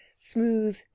smooth